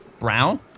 brown